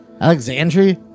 Alexandria